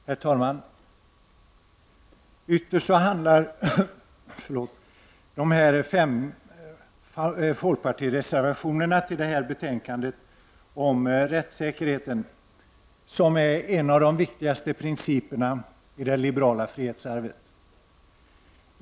Herr talman! Ytterst handlar de fem folkpartireservationer, vilka är fogade till detta betänkande, om rättssäkerheten, som är en av de viktigaste principerna i det liberala frihetsarvet.